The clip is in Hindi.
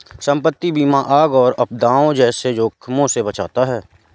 संपत्ति बीमा आग और आपदाओं जैसे जोखिमों से बचाता है